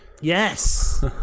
yes